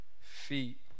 feet